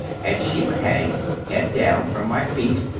and she would hang, head down, from my feet,